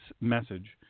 message